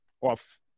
off